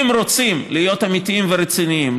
אם רוצים להיות אמיתיים ורציניים,